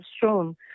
shown